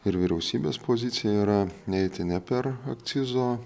ir vyriausybės pozicija yra neiti ne per akcizo